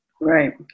Right